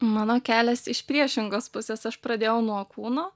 mano kelias iš priešingos pusės aš pradėjau nuo kūno